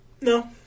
no